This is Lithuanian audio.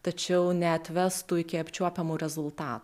tačiau neatvestų iki apčiuopiamų rezultatų